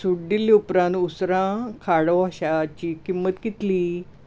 सूट दिल्ले उपरांत उसरां खाड वॉशाची किंमत कितली